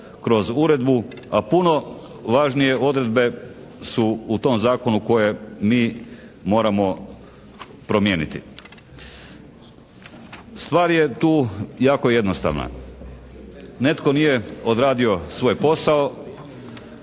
da je uvijek